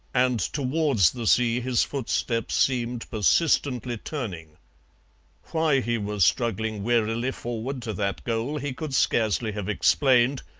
and towards the sea his footsteps seemed persistently turning why he was struggling wearily forward to that goal he could scarcely have explained,